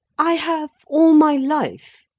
i have all my life,